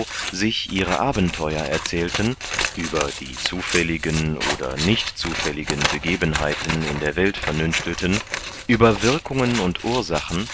sich ihre abenteuer erzählten über die zufälligen oder nicht zufälligen begebenheiten in der welt vernünftelten über wirkungen und ursachen